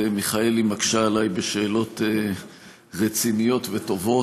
מיכאלי מקשה עליי בשאלות רציניות וטובות,